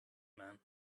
man